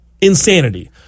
insanity